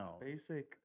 basic